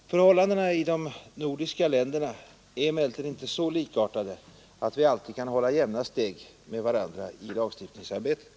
Förhållandena i de nordiska länderna är emellertid inte så likartade att vi alltid kan hålla jämna steg med varandra i lagstiftningsarbetet.